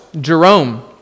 Jerome